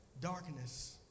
darkness